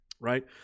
right